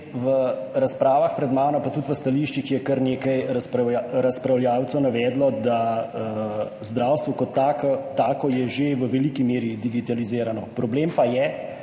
v razpravah pred mano pa tudi v stališčih je kar nekaj razpravljavcev navedlo, da zdravstvo kot tako tako je že v veliki meri digitalizirano, problem pa je,